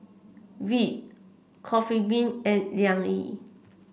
Veet Coffee Bean and Liang Yi